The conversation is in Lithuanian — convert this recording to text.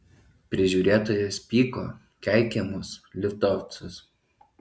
prižiūrėtojas pyko keikė mus litovcus